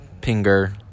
Pinger